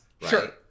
Sure